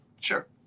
Sure